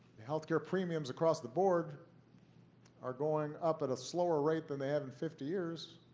health care premiums across the board are going up at a slower rate than they have in fifty years,